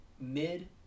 mid